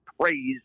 praise